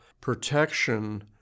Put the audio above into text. Protection